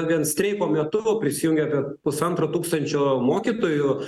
vien streiko metu prisijungė apie pusantro tūkstančio mokytojų